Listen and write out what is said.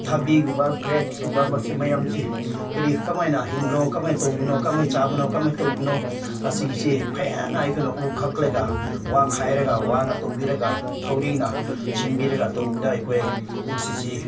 ꯊꯕꯤꯒꯨꯝꯕ ꯒ꯭ꯔꯦꯞꯁꯀꯨꯝꯕ ꯃꯁꯤ ꯃꯌꯥꯝꯁꯦ ꯀꯔꯤ ꯀꯃꯥꯏꯅ ꯍꯤꯡꯕ꯭ꯔꯣ ꯀꯃꯥꯏꯅ ꯇꯧꯕꯅꯣ ꯀꯃꯥꯏꯅ ꯆꯥꯕꯅꯣ ꯀꯃꯥꯏꯅ ꯇꯧꯕꯅꯣ ꯑꯁꯤꯒꯤꯁꯦ ꯐꯖꯅ ꯑꯩꯈꯣꯏꯅ ꯎ ꯀꯛꯂꯒ ꯋꯥ ꯈꯥꯏꯔꯒ ꯋꯥꯅ ꯇꯧꯕꯤꯔꯒ ꯊꯧꯔꯤꯅ ꯆꯤꯡꯕꯤꯔꯒ ꯇꯧꯕꯗ ꯑꯩꯈꯣꯏ ꯃꯁꯤꯁꯤ